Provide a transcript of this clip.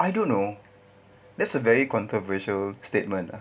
I don't know that's a very controversial statement ah